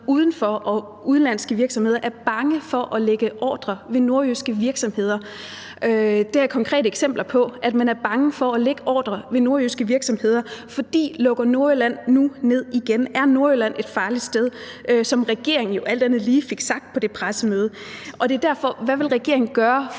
udenlandske virksomheder er bange for at lægge ordrer hos nordjyske virksomheder. Det har jeg konkrete eksempler på, altså at man er bange for at lægge ordrer hos nordjyske virksomheder, for lukker Nordjylland nu ned igen? Er Nordjylland et farligt sted? sådan som regeringen jo alt andet lige fik sagt på det pressemøde. Derfor vil jeg spørge: Hvad vil regeringen gøre for